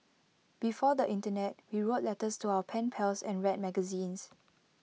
before the Internet we wrote letters to our pen pals and read magazines